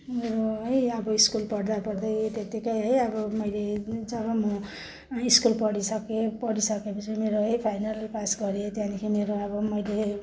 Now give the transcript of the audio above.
म है अब स्कुल पढ्दा पढ्दै त्यतिकै है अब मैले जब म स्कुल पढिसकेँ स्कुल पढिसकेपछि मेरो है फाइनल पास गरेँ त्यहाँदेखि मेरो अब मैले